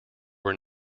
were